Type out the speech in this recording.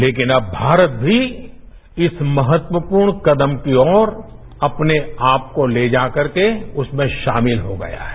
लेकिन अब भारत भी इस महत्वपूर्ण कदम की ओर अपने आपको लेकर इसमें शामिल हो गया है